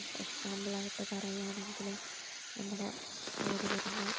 example ആയിട്ട് പറയുകയാണെങ്കിൽ നമ്മുടെ ഓടി വരുന്ന